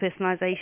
personalisation